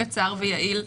קצר ויעיל,